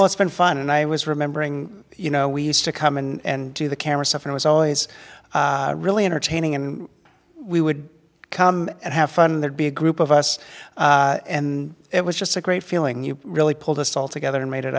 all it's been fun and i was remembering you know we used to come and do the camera stuff it was always really entertaining and we would come and have fun there'd be a group of us and it was just a great feeling you really pulled us all together and made it